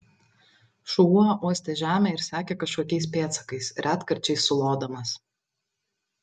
šuo uostė žemę ir sekė kažkokiais pėdsakais retkarčiais sulodamas